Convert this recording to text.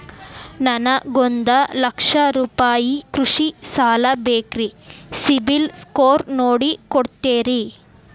ನನಗೊಂದ ಲಕ್ಷ ರೂಪಾಯಿ ಕೃಷಿ ಸಾಲ ಬೇಕ್ರಿ ಸಿಬಿಲ್ ಸ್ಕೋರ್ ನೋಡಿ ಕೊಡ್ತೇರಿ?